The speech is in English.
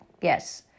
Yes